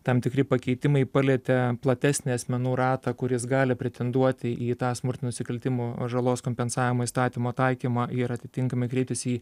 tam tikri pakeitimai palietė platesnį asmenų ratą kuris gali pretenduoti į tą smurtinių nusikaltimų žalos kompensavimo įstatymo taikymą ir atitinkamai kreiptis į